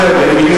הוא מבקש, רק רגע.